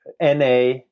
NA